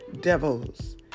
devils